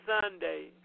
Sunday